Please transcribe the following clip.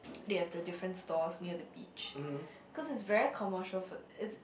they have the different stalls near the beach cause it's very commercial for it's